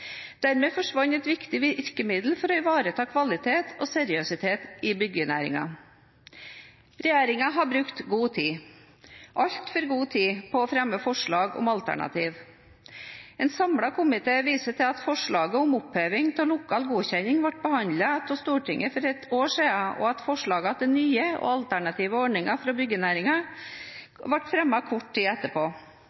Dermed forsvant et viktig virkemiddel for å ivareta kvalitet og seriøsitet i byggenæringen. Regjeringen har brukt god tid, altfor god tid, på å fremme forslag om alternativer. En samlet komité viser til at forslaget om oppheving av lokal godkjenning ble behandlet av Stortinget for ett år siden, og at forslagene til nye og alternative ordninger for byggenæringen ble fremmet kort tid